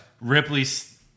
Ripley's